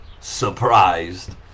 surprised